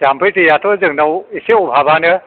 जाम्फै दैआथ' जोंनाव एसे अभाब आनो